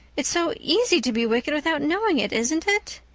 it's so easy to be wicked without knowing it, isn't it?